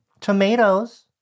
Tomatoes